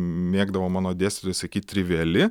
mėgdavo mano dėstytojai sakyt triviali